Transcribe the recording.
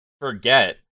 forget